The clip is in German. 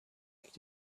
liegt